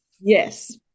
yes